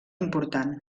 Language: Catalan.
important